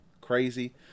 crazy